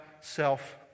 self